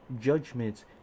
judgments